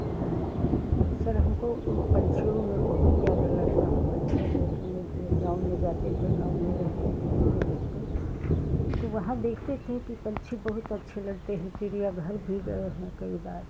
हाँ यह सब हमको पंछी हमें बहुत प्यारा लगता है पंछियाँ जो होती हैं जो गाँव में जाते थे गाँव में रहते थे अपने घर पर तो वहाँ देखते थे कि पंछी बहुत अच्छे लगते हैं चिड़ियाँ बहुत ही बड़ा है यहाँ पर